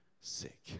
sick